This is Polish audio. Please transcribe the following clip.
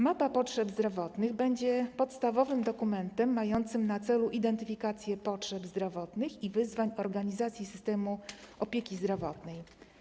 Mapa potrzeb zdrowotnych będzie podstawowym dokumentem mającym na celu identyfikację potrzeb zdrowotnych i wyzwań organizacji systemu opieki zdrowotnej.